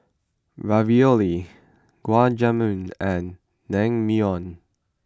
Ravioli Gulab Jamun and Naengmyeon